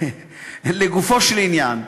לגופו של עניין,